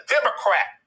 Democrat